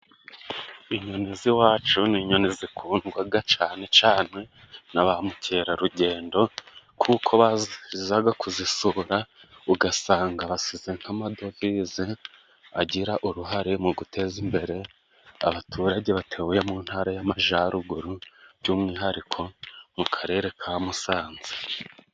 Inyoni z'iwacu ni inyoni zikundwaga cane cane na ba mukerarugendo, kuko bazaga kuzisura ugasanga basize nk'amadovize, agira uruhare mu guteza imbere abaturage batuye mu ntara y'Amajyaruguru, by'umwihariko mu Karere ka Musanze.